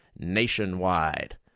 Nationwide